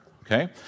okay